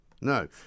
No